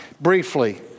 briefly